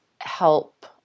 help